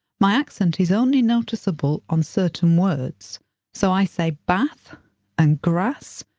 my accent is only noticeable on certain words so i say bath and grass,